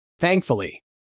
Thankfully